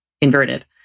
inverted